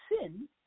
sin